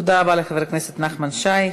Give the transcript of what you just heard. תודה רבה לחבר הכנסת נחמן שי.